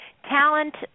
Talent